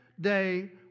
day